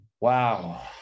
Wow